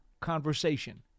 conversation